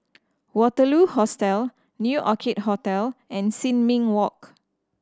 Waterloo Hostel New Orchid Hotel and Sin Ming Walk